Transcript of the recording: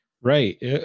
Right